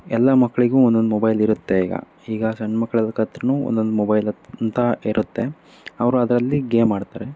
ಎಲ್ಲ ಮಕ್ಕಳಿಗೂ ಒಂದೊಂದು ಮೊಬೈಲ್ ಇರುತ್ತೆ ಈಗ ಈಗ ಸಣ್ಣ ಮಕ್ಕಳ ಹತ್ರನು ಒಂದೊಂದು ಮೊಬೈಲ್ ಅಂತ ಇರುತ್ತೆ ಅವರು ಅದರಲ್ಲಿ ಗೇಮ್ ಆಡ್ತಾರೆ